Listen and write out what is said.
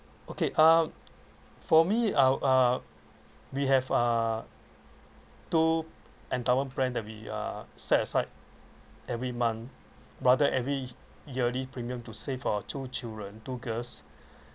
okay uh for me uh uh we have uh two endowment plan that we uh set aside every month rather every yearly premium to save for uh two children two girls